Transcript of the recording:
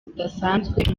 budasanzwe